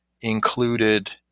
included